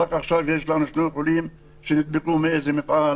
רק עכשיו יש לנו שני חולים שנדבקו מאיזה מפעל